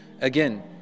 again